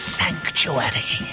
sanctuary